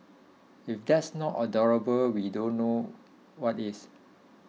if that's not adorable we don't know what is